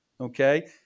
okay